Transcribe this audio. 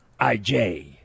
IJ